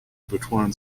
butuan